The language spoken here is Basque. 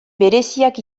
bereziak